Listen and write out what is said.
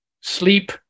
sleep